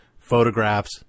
photographs